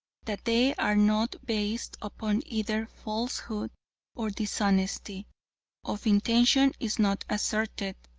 that they are not based upon either falsehood or dishonesty of intention is not asserted.